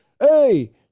hey